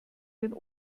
den